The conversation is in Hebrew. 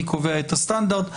מי קובע את הסטנדרט.